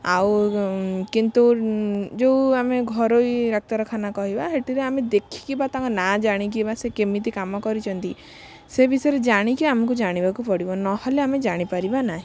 ଆଉ କିନ୍ତୁ ଯେଉଁ ଆମେ ଘରୋଇ ଡ଼ାକ୍ତରଖାନା କହିବା ସେଥିରେ ଆମେ ଦେଖିକି ବା ତାଙ୍କ ନାଁ ଜାଣିକି ବା ସେ କେମିତି କାମ କରିଛନ୍ତି ସେ ବିଷୟରେ ଜାଣିକି ଆମକୁ ଜାଣିବାକୁ ପଡ଼ିବ ନହେଲେ ଆମେ ଜାଣିପାରିବା ନାହିଁ